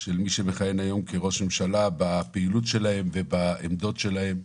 של מי שמכהן היום כראש ממשלה בפעילות שלהם ובעמדות שלהם.